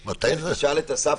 תשאל את אסף.